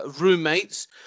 roommates